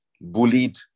bullied